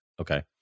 Okay